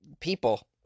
people